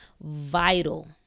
vital